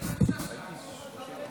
אין בעיה.